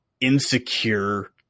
insecure